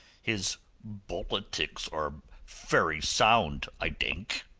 his bolitics are fery sound, i dink,